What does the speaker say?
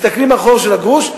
מסתכלים בחור של הגרוש,